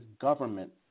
government